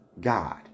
God